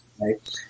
right